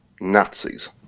Nazis